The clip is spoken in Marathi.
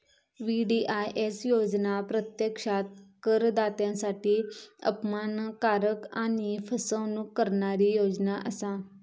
वी.डी.आय.एस योजना प्रत्यक्षात करदात्यांसाठी अपमानकारक आणि फसवणूक करणारी योजना असा